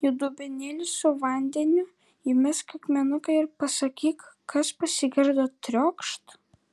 į dubenėlį su vandeniu įmesk akmenuką ir pasakyk kas pasigirdo triokšt